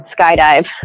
skydive